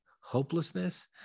hopelessness